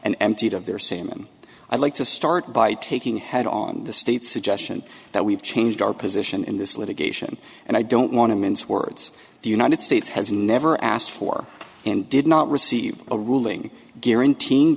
and emptied of their semen i like to start by taking head on the state's suggestion that we've changed our position in this litigation and i don't want to mince words the united states has never asked for and did not receive a ruling guaranteeing